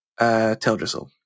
Teldrassil